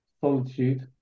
solitude